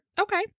Okay